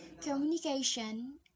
communication